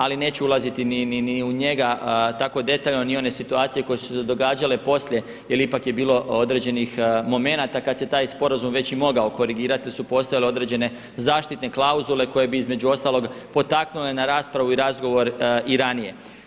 Ali neću ulaziti ni u njega tako detaljno, ni one situacije koje su se događale poslije jel ipak je bilo određenih momenata kad se taj sporazum već i mogao korigirati jer su postojale određene zaštitne klauzule koje bi između ostalog potaknule na raspravu i razgovor i ranije.